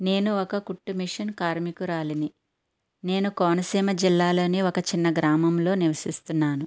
నేను ఒక కుట్టు మిషన్ కార్మికురాలిని నేను కోనసీమ జిల్లోలోని ఒక చిన్న గ్రామంలో నివసిస్తున్నాను